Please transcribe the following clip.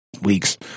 weeks